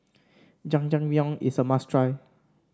Jajangmyeon is a must try